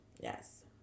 yes